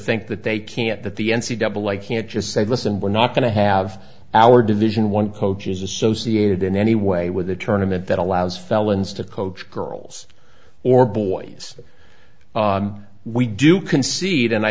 think that they can't that the n c double i can't just say listen we're not going to have our division one coaches associated in any way with a tournament that allows felons to coach girls or boys we do concede and i